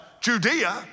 Judea